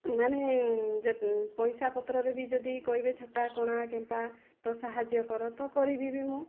ମାନେ ପଇସା ପତ୍ରର ଯଦି କହିବେ ଛୋଟା କଣା କେମ୍ପା ତ ସାହାଯ୍ୟ କର ତ କରିବି ବି ମୁଁ